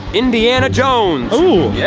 indiana jones. ooh! yeah